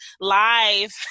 live